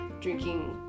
drinking